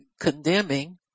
condemning